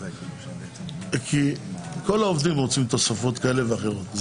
כל העובדים רוצים תוספות כאלה ואחרות,